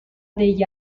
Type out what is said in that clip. degli